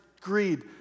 greed